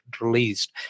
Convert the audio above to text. released